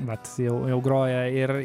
vat jau jau groja ir